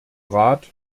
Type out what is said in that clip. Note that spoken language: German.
rat